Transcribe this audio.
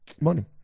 Money